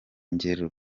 ngero